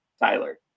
Tyler